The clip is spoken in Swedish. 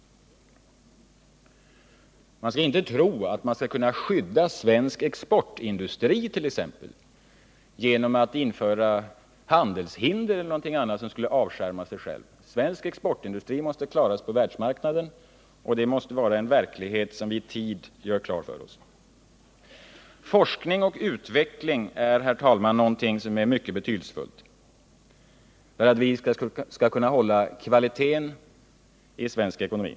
Man skall inte tro att man kan skydda svensk exportindustri genom olika handelshinder eller någonting annat som skulle kunna avskärma den. Den svenska exportindustrin måste klaras på världsmarknaden. Den verkligheten måste vi i tid göra klar för oss. Forskning och utbildning är, herr talman, någonting mycket betydelsefullt för att vi skall kunna hålla kvaliteten i svensk ekonomi.